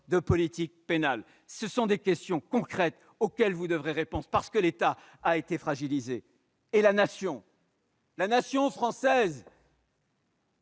de politique pénale ? Ce sont des questions concrètes auxquelles vous devrez répondre, parce que l'État a été fragilisé. Le tissu de la nation française